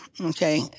Okay